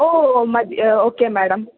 ओ मद्य okay madam